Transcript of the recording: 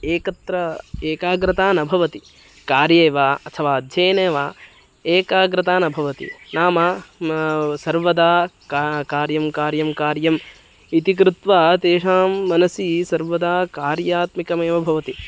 एकत्र एकाग्रता न भवति कार्ये वा अथवा अध्ययने वा एकाग्रता न भवति नाम सर्वदा का कार्यं कार्यं कार्यम् इति कृत्वा तेषां मनसि सर्वदा कार्यात्मिकमेव भवति